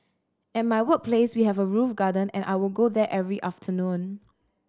at my workplace we have a roof garden and I would go there every afternoon